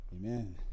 Amen